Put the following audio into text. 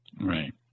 Right